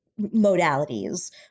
modalities